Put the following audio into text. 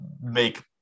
make